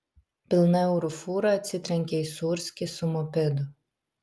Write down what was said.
pilna eurų fūra atsitrenkė į sūrskį su mopedu